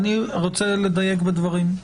אני רוצה לדייק בדברים.